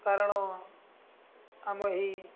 କାରଣ ଆମ ଏଇ